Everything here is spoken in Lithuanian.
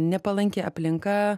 nepalanki aplinka